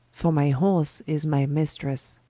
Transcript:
for my horse is my mistresse